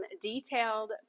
detailed